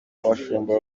abashumba